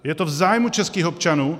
Je to v zájmu českých občanů?